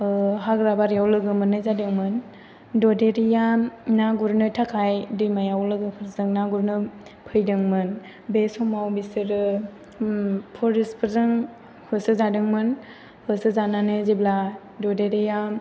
हाग्रा बारियाव लोगो मोननाय जादोंमोन ददेरेआ ना गुरनो थाखाय दैमायाव लोगोफोरजों ना गुरनो फैदोंमोन बे समाव बिसोरो फरेसफोरजों होसोजादोंमोन होसोजानानै जेब्ला ददेरेया